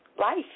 life